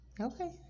Okay